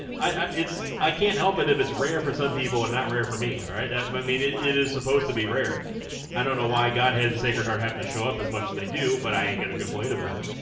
i i it's i can't help it if it's rare for some people and not rare for me alright i but mean it it is supposed to be rare i don't know why i got head and sacred heart happened to show up as much as they do but i ain't gonna complain about it